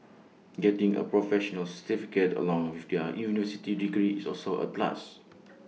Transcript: getting A professional certificate along with their university degree is also A plus